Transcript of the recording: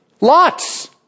Lots